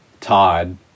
todd